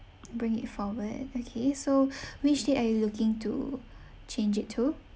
bring it forward okay so which date are you looking to change it to